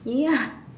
ya